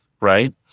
right